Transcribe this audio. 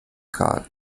karl